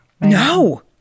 No